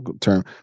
term